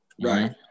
right